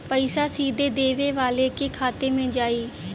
पइसा सीधे देवे वाले के खाते में जाई